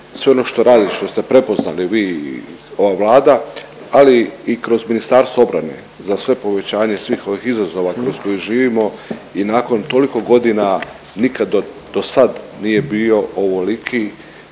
sve ono što radi što ste prepoznali vi i ova Vlada ali i kroz Ministarstvo obrane za sve povećanje svih ovih izazova kroz koji živimo i nakon toliko godina nikad dosad nije bio ovoliki